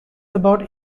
about